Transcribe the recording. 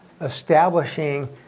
establishing